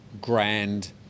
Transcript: Grand